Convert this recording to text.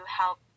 help